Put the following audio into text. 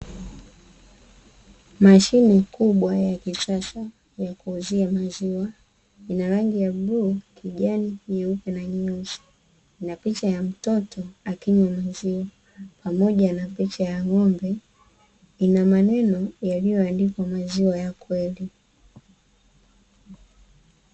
Mashine kubwa ya kisasa ya kuuzia maziwa, ina rangi ya bluu, kijani, nyeupe na nyeusi na picha ya mtoto akinywa maziwa pamoja na picha ya ng'ombe, ina maneno yaliyoandikwa maziwa ya kweli.